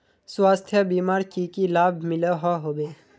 स्वास्थ्य बीमार की की लाभ मिलोहो होबे?